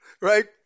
right